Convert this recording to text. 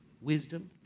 wisdom